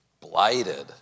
Blighted